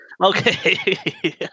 Okay